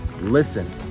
listen